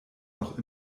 noch